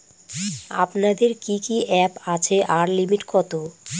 আপনাদের কি কি অ্যাপ আছে এবং লিমিট কত?